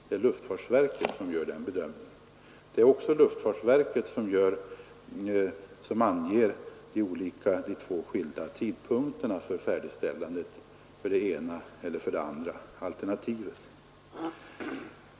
Det är även luftfartsverket som anger de två skilda tidpunkterna för färdigställandet enligt det ena eller det andra alternativet.